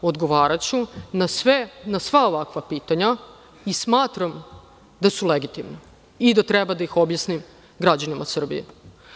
Odgovaraću na sva ovakva pitanja i smatram da su legitimna i da treba da ih objasnim građanima Srbije.